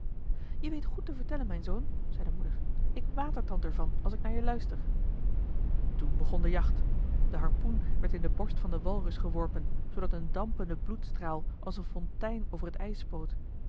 je weet goed te vertellen mijn zoon zei de moeder ik watertand er van als ik naar je luister toen begon de jacht de harpoen werd in de borst van den walrus geworpen zoodat een dampende bloedstraal als een fontein over het ijs spoot